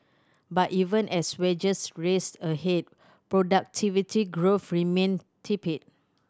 but even as wages raced ahead productivity growth remained tepid